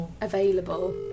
available